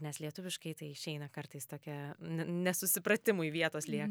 nes lietuviškai tai išeina kartais tokie n nesusipratimui vietos lieka